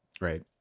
Right